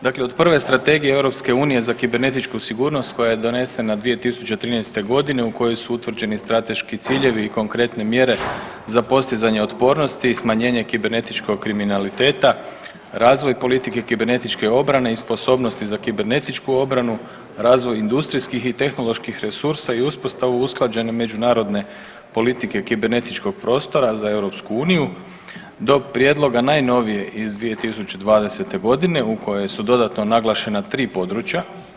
Dakle, od prve Strategije EU za kibernetičku sigurnost koja je donesena 2013. godine u kojoj su utvrđeni strateški ciljevi i konkretne mjere za postizanje otpornosti i smanjenje kibernetičkog kriminaliteta, razvoj politike kibernitičke obrane i sposobnosti za kibernetičku obranu, razvoj industrijskih i tehnoloških resursa i uspostavu usklađene međunarodne politike kibernetičkog prostora za EU do prijedloga najnovije iz 2020. godine u kojoj su dodatno naglašena 3 područja.